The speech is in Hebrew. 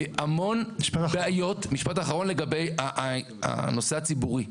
בהמון בעיות, לגבי הנושא הציבורי.